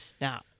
Now